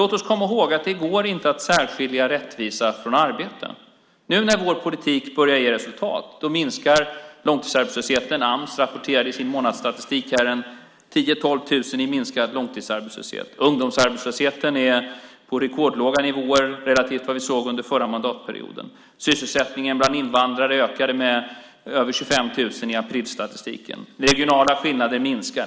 Låt oss komma ihåg att det inte går att särskilja rättvisa från arbete. Nu när vår politik börjar ge resultat minskar långtidsarbetslösheten. Ams rapporterade i sin månadsstatistik 10 000-12 000 i minskad långtidsarbetslöshet. Ungdomsarbetslösheten är på rekordlåga nivåer relativt det vi såg under förra mandatperioden. Sysselsättningen bland invandrare ökade med över 25 000 i aprilstatistiken. Regionala skillnader minskar.